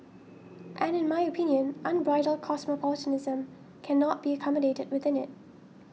and in my opinion unbridled cosmopolitanism cannot be accommodated within it